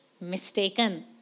mistaken